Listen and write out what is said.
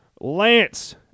Lance